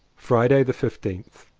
friday the fifteenth.